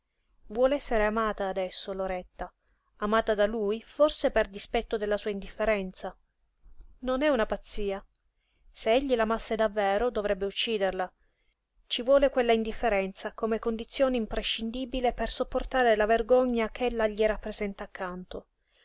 vuol essere amata adesso loretta amata da lui forse per dispetto della sua indifferenza non è una pazzia se egli la amasse davvero dovrebbe ucciderla ci vuole quella indifferenza come condizione imprescindibile per sopportare la vergogna ch'ella gli rappresenta accanto